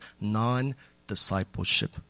non-discipleship